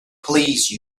please